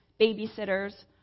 babysitters